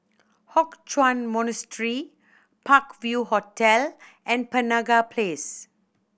Hock Chuan Monastery Park View Hotel and Penaga Place